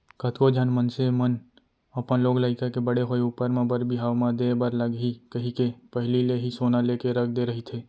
कतको झन मनसे मन अपन लोग लइका के बड़े होय ऊपर म बर बिहाव म देय बर लगही कहिके पहिली ले ही सोना लेके रख दे रहिथे